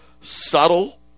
subtle